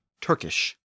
Turkish